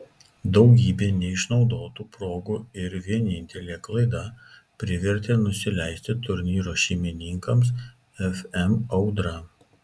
daugybė neišnaudotų progų ir vienintelė klaida privertė nusileisti turnyro šeimininkams fm audra